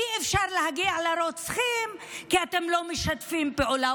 אי-אפשר להגיע לרוצחים, כי אתם לא משתפים פעולה.